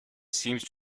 seems